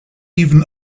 even